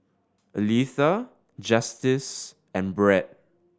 Aletha Justice and Brett